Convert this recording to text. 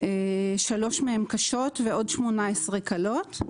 3 מהן קשות ועוד 18 קלות.